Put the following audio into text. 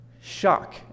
Shock